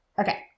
Okay